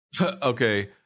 Okay